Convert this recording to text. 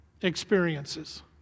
experiences